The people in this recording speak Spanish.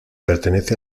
pertenece